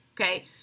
Okay